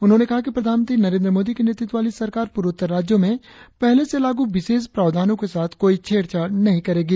उन्होंने कहा कि प्रधानमंत्री नरेंद्र मोदी के नेतृत्व वाली सरकार पूर्वोत्तर राज्यों में पहले से लागू विशेष प्रावधानों के साथ कोई छेड़छाड़ नहीं करेगी